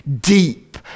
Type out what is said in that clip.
Deep